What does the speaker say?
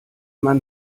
man